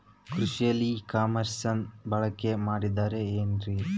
ಕೃಷಿಯಲ್ಲಿ ಇ ಕಾಮರ್ಸನ್ನ ಬಳಕೆ ಮಾಡುತ್ತಿದ್ದಾರೆ ಏನ್ರಿ?